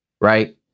right